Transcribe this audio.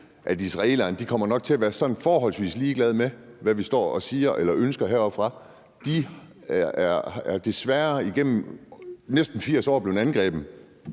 at israelerne nok kommer til at være forholdsvis ligeglade med, hvad vi står og siger eller ønsker heroppefra. De er desværre igennem næste 80 år blevet angrebet,